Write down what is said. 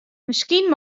miskien